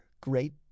great